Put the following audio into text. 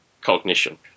cognition